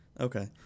Okay